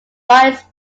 vice